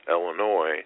Illinois